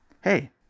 Hey